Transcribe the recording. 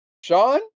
Sean